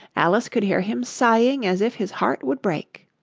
alice could hear him sighing as if his heart would break.